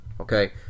okay